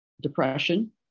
depression